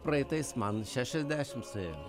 praeitais man šešiasdešimt suėjo